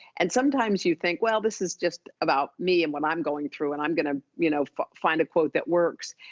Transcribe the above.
and sometimes you think, well, this is just about me and what i'm going through, and i'm gonna you know find a quote that works.